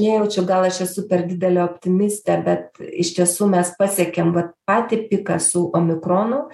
nejaučiu gal aš esu per didelė optimistė bet iš tiesų mes pasiekėm vat patį piką su omikronu